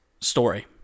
story